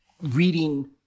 reading